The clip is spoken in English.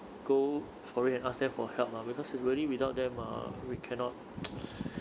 go for it and ask them for help ah because really without them ah we cannot